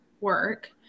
work